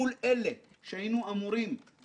אמירות אישיות.